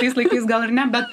tais laikais gal ir ne bet